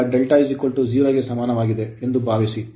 ಈಗ ∂ 0 ಗೆ ಸಮಾನವಾಗಿದೆ ಎಂದು ಭಾವಿಸಿ